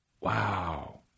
Wow